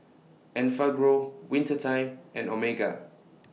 Enfagrow Winter Time and Omega